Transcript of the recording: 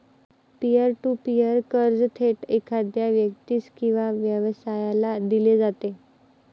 pier to peer कर्ज थेट एखाद्या व्यक्तीस किंवा व्यवसायाला दिले जाते